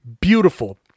beautiful